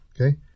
Okay